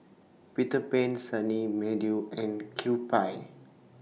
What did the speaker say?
Peter Pan Sunny Meadow and Kewpie